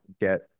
get